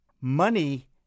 Money